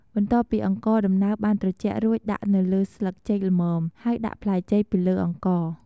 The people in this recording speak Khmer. បន្ទាប់ពីអង្ករដំណើបបានត្រជាក់រួចដាក់នៅលើស្លឹកចេកល្មម ហើយដាក់ផ្លែចេកពីលើអង្ករ។